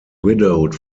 widowed